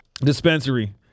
dispensary